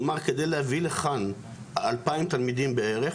כלומר כדי להביא לכאן אלפיים תלמידים בערך